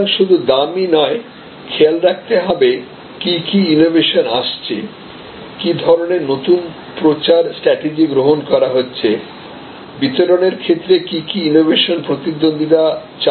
সুতরাং শুধু দামই নয় খেয়াল রাখতে হবে কি কি ইনোভেশন আসছে কী ধরনের নতুন প্রচার স্ট্র্যাটিজি গ্রহণ করা হচ্ছে বিতরণের ক্ষেত্রে কি কি ইনোভেশন প্রতিদ্বন্দ্বীরা চালু করছে